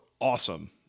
awesome